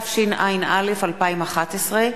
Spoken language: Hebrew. התשע”א 2011,